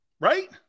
right